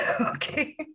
Okay